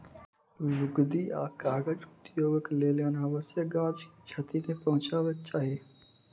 लुगदी आ कागज उद्योगक लेल अनावश्यक गाछ के क्षति नै पहुँचयबाक चाही